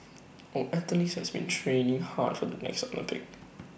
our athletes have been training hard for the next Olympics